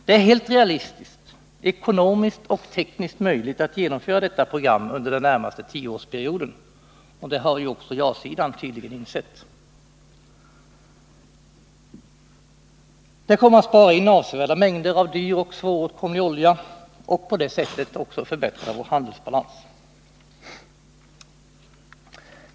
Det är helt realistiskt, ekonomiskt och tekniskt möjligt att genomföra detta program under den närmaste tioårsperioden. Det har tydligen också ja-sidan insett. Detta program kommer att spara in avsevärda mängder av dyr och svåråtkomlig olja och på det sättet förbättra vår handelsbalans.